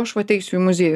aš vat eisiu į muziejų